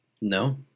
No